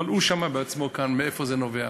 אבל הוא שמע כאן בעצמו מאיפה זה נובע.